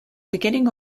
beginning